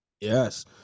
yes